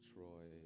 Troy